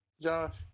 Josh